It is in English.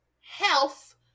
health